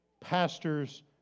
pastors